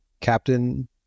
Captain